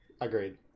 Agreed